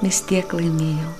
vis tiek laimėjau